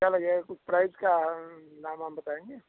क्या लगेगा कुछ प्राइस का हम दाम वाम बताएँगे